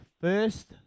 first